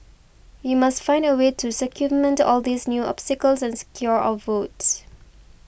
we must find a way to circumvent all these new obstacles and secure our votes